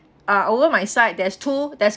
uh over my side there's two there's